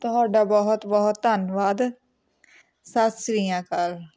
ਤੁਹਾਡਾ ਬਹੁਤ ਬਹੁਤ ਧੰਨਵਾਦ ਸਤਿ ਸ਼੍ਰੀ ਅਕਾਲ